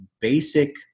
basic